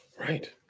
right